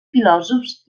filòsofs